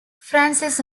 francis